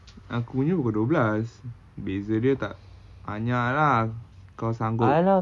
aku punya pukul dua belas beza dia tak banyak lah kau sanggup